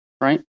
Right